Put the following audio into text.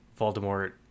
Voldemort